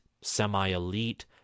semi-elite